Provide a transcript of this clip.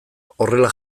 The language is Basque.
horrela